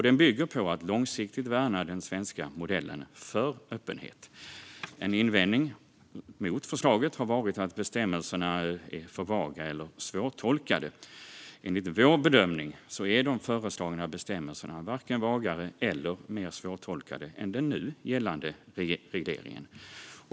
Den bygger på att långsiktigt värna den svenska modellen för öppenhet. En invändning mot förslaget har varit att bestämmelserna är för vaga eller svårtolkade. Enligt vår bedömning är de föreslagna bestämmelserna varken vagare eller mer svårtolkade än den nu gällande regleringen.